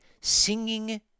singing